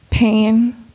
pain